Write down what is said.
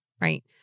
right